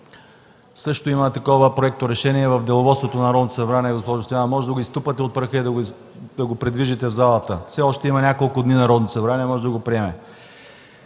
Също имаме такова проекторешение в Деловодството на Народното събрание, госпожо Стоянова. Може да го изтупате от прахта и да го придвижите в залата. Все още има няколко дни, Народното събрание може да го приеме.